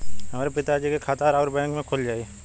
हमरे पिता जी के खाता राउर बैंक में खुल जाई?